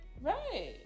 Right